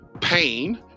pain